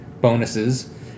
bonuses